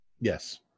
yes